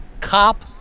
cop